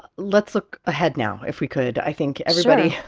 let's look ahead now, if we could. i think everybody.